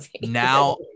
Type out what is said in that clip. now